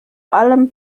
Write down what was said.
allem